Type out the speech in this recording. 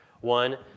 One